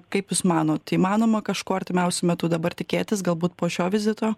kaip jūs manot įmanoma kažko artimiausiu metu dabar tikėtis galbūt po šio vizito